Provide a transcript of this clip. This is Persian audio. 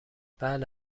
بله